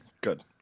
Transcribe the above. Good